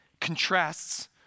contrasts